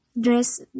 dress